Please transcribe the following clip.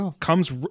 comes